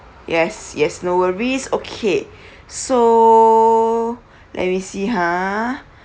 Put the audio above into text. yes yes no worries okay so let me see ha